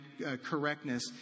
correctness